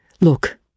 Look